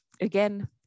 again